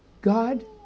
God